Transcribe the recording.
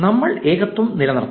നമ്മൾ ഏകത്വം നിലനിർത്തണം